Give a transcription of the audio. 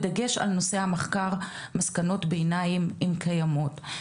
בדגש על נושאי המחקר, מסקנות ביניים אם קיימות.